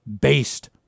based